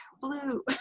blue